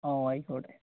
ആ ആയിക്കോട്ടെ